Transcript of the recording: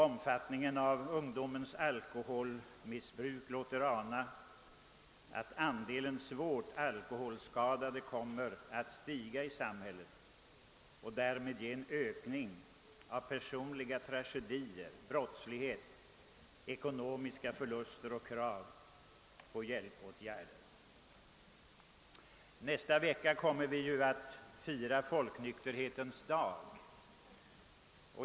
——— Omfattningen av ungdomens alkoholbruk ——— låter ana att andelen svårt alkoholskadade kommer att stiga i samhället och därmed ge en ökning av personliga tragedier, brottslighet, ekonomiska förluster och krav på hjälpåtgärder.» Nästa vecka kommer vi ju att fira folknykterhetens dag.